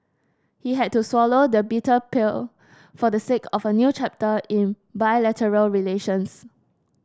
he had to swallow the bitter pill for the sake of a new chapter in bilateral relations